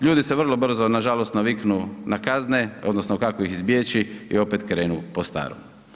Ljudi se vrlo brzo, nažalost naviknu na kazne, odnosno kako ih izbjeći i opet krenu po starom.